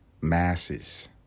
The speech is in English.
masses